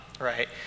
right